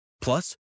Plus